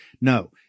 no